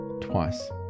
Twice